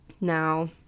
Now